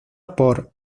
por